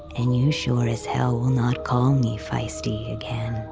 and you sure as hell will not call me feisty again.